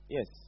Yes